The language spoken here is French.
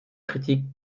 critiques